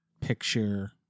picture